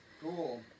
Cool